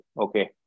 okay